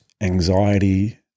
anxiety